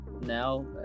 now